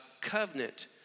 covenant